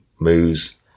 moves